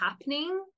happening